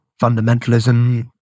fundamentalism